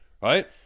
Right